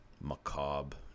macabre